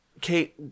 Kate